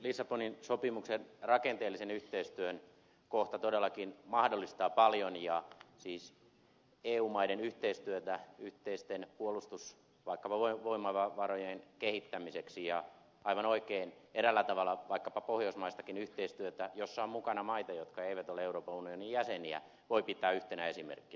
lissabonin sopimuksen rakenteellisen yhteistyön kohta todellakin mahdollistaa paljon siis eu maiden yhteistyötä vaikkapa yhteisten puolustusvoimavarojen kehittämiseksi ja aivan oikein eräällä tavalla vaikkapa pohjoismaistakin yhteistyötä jossa on mukana maita jotka eivät ole euroopan unionin jäseniä voi pitää yhtenä esimerkkinä